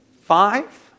five